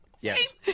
Yes